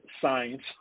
science